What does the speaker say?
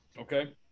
Okay